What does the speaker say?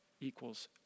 equals